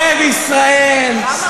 זה ללא ספק יום חג,